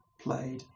played